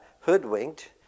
hoodwinked